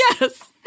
Yes